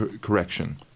correction